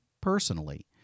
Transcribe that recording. personally